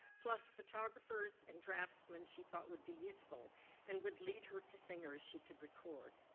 plus photographers and draftsmen, she thought would be useful and would lead her to singers she could record.